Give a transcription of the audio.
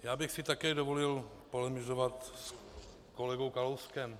Já bych si také dovolil polemizovat s kolegou Kalouskem.